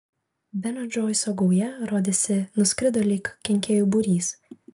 beno džoiso gauja rodėsi nuskrido lyg kenkėjų būrys